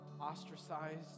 ostracized